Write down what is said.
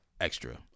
Extra